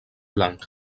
blanc